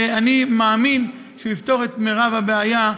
ואני מאמין שהוא יפתור את מרב הבעיה,